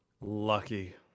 Lucky